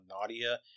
nadia